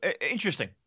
interesting